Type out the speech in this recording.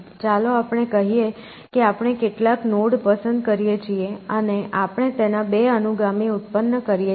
ચાલો આપણે કહીએ કે આપણે કેટલાક નોડ પસંદ કરીએ છીએ અને આપણે તેના 2 અનુગામી ઉત્પન્ન કરીએ છીએ